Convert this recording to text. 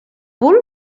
bull